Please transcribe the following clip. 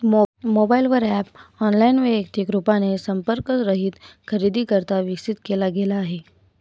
mobile वर app online, वैयक्तिक रूपाने संपर्क रहित खरेदीकरिता विकसित केला गेला आहे